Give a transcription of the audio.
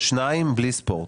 שניים בלי ספורט.